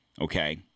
Okay